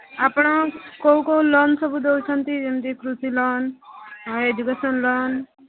ଆପଣ କେଉଁ କେଉଁ ଲୋନ୍ ସବୁ ଦେଉଛନ୍ତି ଯେମିତି କୃଷି ଲୋନ୍ ଆଉ ଏଜୁକେସନ୍ ଲୋନ୍